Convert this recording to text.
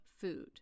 food